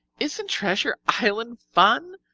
isn't treasure island fun?